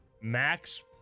max